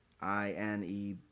I-N-E